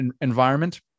environment